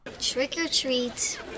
Trick-or-treat